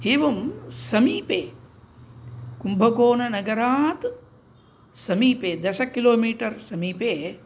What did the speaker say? एवं समीपे कुम्भकोणं नगरात् समीपे दशकिलोमीटर् समीपे